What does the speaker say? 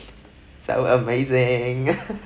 so amazing